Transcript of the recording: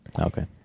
Okay